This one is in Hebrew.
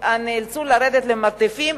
נאלצו לרדת למרתפים,